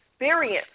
experience